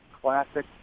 classic